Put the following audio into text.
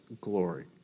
glory